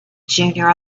junior